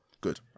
good